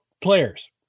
players